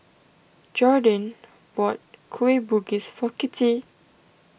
Jordin bought Kueh Bugis for Kittie